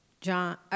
John